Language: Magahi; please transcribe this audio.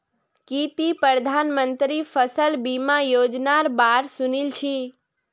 की ती प्रधानमंत्री फसल बीमा योजनार बा र सुनील छि